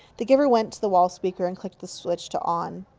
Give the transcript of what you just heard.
the giver went to the wall speaker and clicked the switch to on.